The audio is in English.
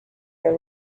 your